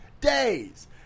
days